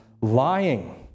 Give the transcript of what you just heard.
lying